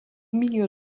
milieu